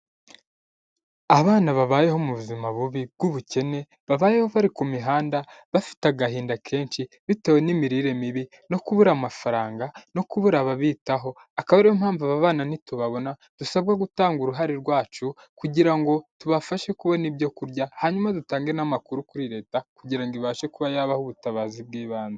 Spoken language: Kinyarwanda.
Abana babayeho mu buzima bubi bw'ubukene , babayeho bari kumihanda bafite agahinda kenshi bitewe n'imirire mibi no kubura amafaranga no kubura ababitaho. Akaba ariyo mpamvu ababanaana nitubabona dusabwa gutanga uruhare rwacu kugira ngo tubafashe kubona ibyo kurya hanyuma dutange n'amakuru kuri leta kugira ngo ibashe kuba yabaha ubutabazi bw'ibanze.